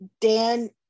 Dan